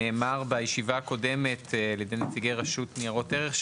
נאמר בישיבה הקודמת על ידי נציגי הרשות לניירות ערך,